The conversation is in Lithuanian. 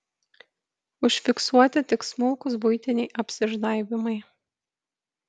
užfiksuoti tik smulkūs buitiniai apsižnaibymai